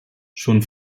schon